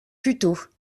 puteaux